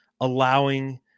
allowing